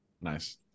nice